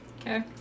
Okay